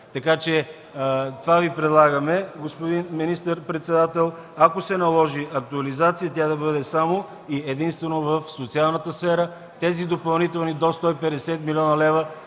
разходи. Това Ви предлагаме, господин министър-председател. Ако се наложи актуализация, тя да бъде само и единствено в социалната сфера. Тези допълнителни до 150 млн. лв.